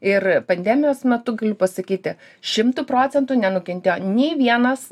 ir pandemijos metu galiu pasakyti šimtu procentų nenukentėjo nei vienas